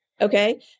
Okay